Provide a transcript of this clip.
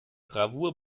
bravour